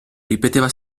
ripeteva